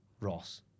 Ross